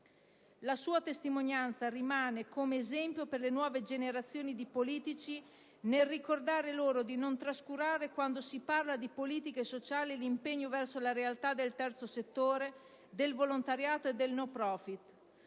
La sua testimonianza rimane come esempio per le nuove generazioni di politici nel ricordare loro di non trascurare, quando si parla di politiche sociali, l'impegno verso la realtà del Terzo settore, del volontariato e del *no profit*.